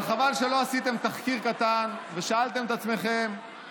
אבל חבל שלא עשיתם תחקיר קטן ושאלתם את עצמכם